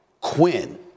Quinn